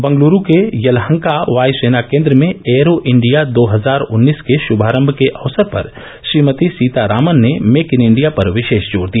बंगलूरू के येलहंका वायुसेना केंद्र में एयरो इंडिया दो हजार उन्नीस के शुभारंभ के अवसर पर श्रीमती सीतारामन ने मेक इन इंडिया पर विशेष जोर दिया